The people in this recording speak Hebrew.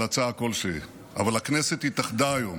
על הצעה כלשהי, אבל הכנסת התאחדה היום